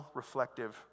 reflective